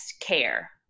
care